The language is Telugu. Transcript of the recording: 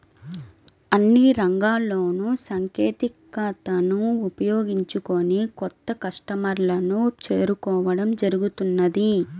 అన్ని రంగాల్లోనూ సాంకేతికతను ఉపయోగించుకొని కొత్త కస్టమర్లను చేరుకోవడం జరుగుతున్నది